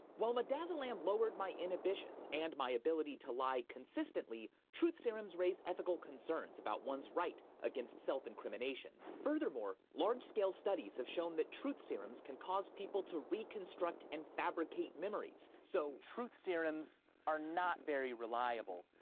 while midazolam lowered my inhibitions and my ability to like consistently, truth serums raise ethical concerns about one's right against self-incrimination. furthermore, larger scale studies have shown that truth serums can cause people to reconstruct and fabricate memories. so, truth serums are not very reliable,